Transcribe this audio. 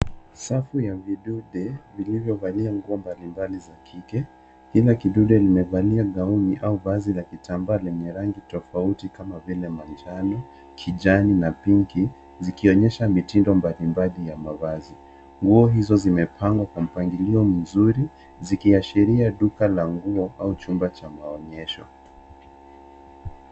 Safu ya vidunde vilivyovalia nguo mbalimbali za kike. Kila kidunde kimevalia ngauni au vazi la kitambaa lenye rangi tofaoti kama vile manjano ,kijani na pinki zikionyesha mitindo mbalimbali ya mavazi. Nguo hizo zimepangwa kwa mpangilio mzuri zikiashiria duka la nguo au chumba cha maonyesho.